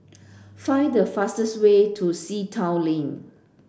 find the fastest way to Sea Town Lane